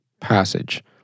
passage